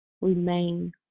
remain